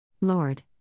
Lord